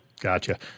Gotcha